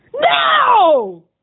No